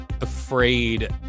afraid